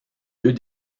deux